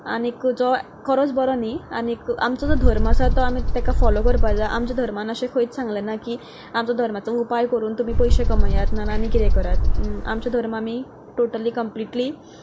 आनी जो खरोच बरो न्हय आनी आमचो जो धर्म आसा तो आमी तांकां फॉलो करपाक जाय आमच्या धर्मान अशें खंयच सागलें ना की आमचो धर्माचो उपाय करून तुमी पयशे कमयात नाजाल्यार आनी कितें करात आमचे धर्म आमी टोटली कंप्लिटली